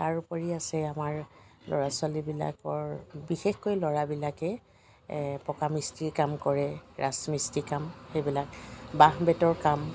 তাৰ উপৰি আছে আমাৰ ল'ৰা ছোৱালীবিলাকৰ বিশেষকৈ ল'ৰাবিলাকে পকা মিস্ত্ৰীৰ কাম কৰে ৰাজমিস্ত্ৰীৰ কাম সেইবিলাক বাঁহ বেতৰ কাম